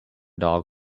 dog